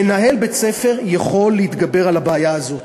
מנהל בית-ספר יכול להתגבר על הבעיה הזאת,